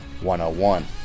101